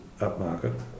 upmarket